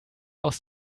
aus